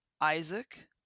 Isaac